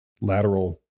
lateral